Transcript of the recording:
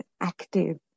active